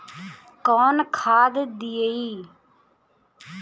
कौन खाद दियई?